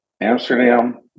Amsterdam